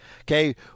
okay